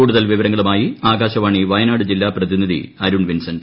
കൂടുതൽ വിവരങ്ങളുമായി ആകാശവാണി വയനാട് ജില്ലാ പ്രതിനിധി അരുൺ വിൻസെന്റ്